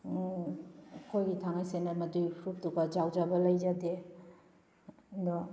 ꯑꯩꯈꯣꯏꯒꯤ ꯊꯥꯡꯒꯩꯁꯦꯡꯅ ꯃꯗꯨꯏ ꯐꯨꯔꯨꯞꯇꯨꯗ ꯌꯥꯎꯖꯕ ꯂꯩꯖꯗꯦ ꯑꯗꯣ